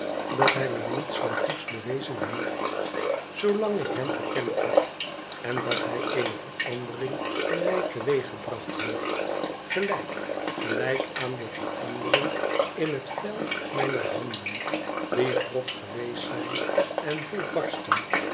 dat hij mij niets dan goeds bewezen heeft zoolang ik hem gekend heb en dat hij eene verandering in mij teweeggebracht heeft gelijk gelijk aan de verandering in het vel mijner handen die grof g weest zijn en vol barsten